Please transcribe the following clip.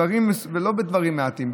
ולא בדברים מעטים,